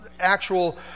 actual